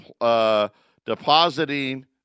depositing